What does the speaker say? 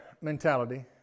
mentality